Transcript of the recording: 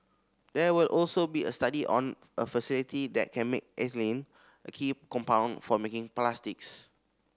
there will also be a study on a facility that can make ethylene a key compound for making plastics